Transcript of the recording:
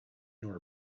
nor